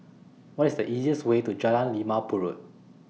What IS The easiest Way to Jalan Limau Purut